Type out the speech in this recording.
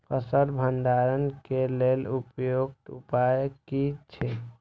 फसल भंडारण के लेल उपयुक्त उपाय कि छै?